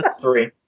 Three